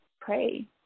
pray